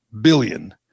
billion